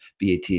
BAT